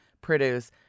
produce